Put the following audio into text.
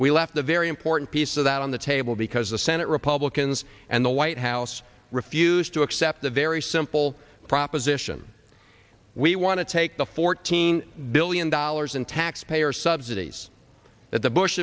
we left a very important piece of that on the table because the senate republicans and the white house refused to accept the very simple proposition we want to take the fourteen billion dollars in taxpayer subsidies that the bush